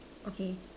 okay